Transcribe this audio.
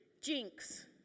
Jinx